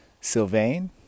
Sylvain